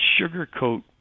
sugarcoat